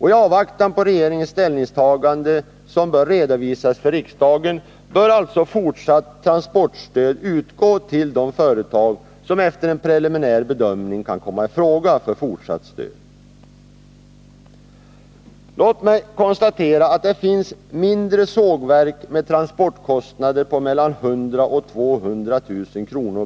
I avvaktan på regeringens ställningstagande, som bör redovisas för riksdagen, bör alltså fortsatt transportstöd kunna utgå till de företag som efter en preliminär bedömning kan komma i fråga för fortsatt stöd. Låt mig konstatera att det finns mindre sågverk med transportkostnader på mellan 100 000 och 200 000 kr.